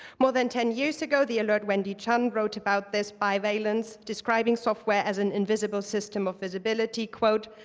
more than ten years ago, the alert wendy chun wrote about this bivalence, describing software as an invisible system of visibility, quote,